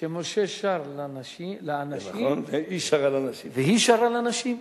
שמשה שר לאנשים והיא שרה לנשים.